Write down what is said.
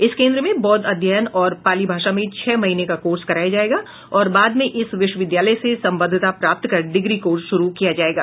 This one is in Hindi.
इस केंद्र में बौद्व अध्ययन और पाली भाषा में छह महीने का कोर्स कराया जायेगा और बाद में इस विश्वविद्यालय से संबद्धता प्राप्त कर डिग्री कोर्स शुरू किया जायेगा